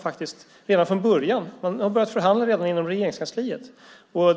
Man har börjat förhandla redan inom Regeringskansliet.